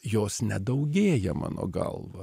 jos nedaugėja mano galva